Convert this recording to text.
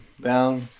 down